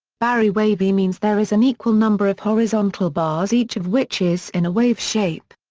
barry wavy means there is an equal number of horizontal bars each of which is in a wave shape.